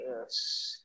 Yes